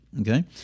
Okay